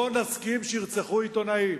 לא נסכים שירצחו עיתונאים.